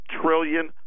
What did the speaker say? trillion